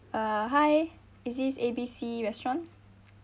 uh hi is this A B C restaurant